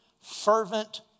fervent